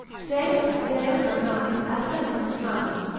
se a deo donari asserunt magi,